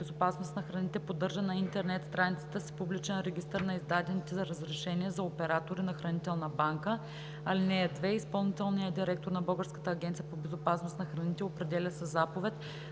Българската агенция по безопасност на храните поддържа на интернет страницата си публичен регистър на издадените разрешения за оператори на хранителна банка. (2) Изпълнителният директор на Българската агенция по безопасност на храните определя със заповед